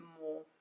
more